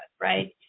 Right